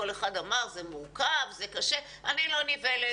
כל אחד אמר שזה מורכב וזה קשה אבל אני לא נבהלת.